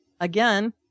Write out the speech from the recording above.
Again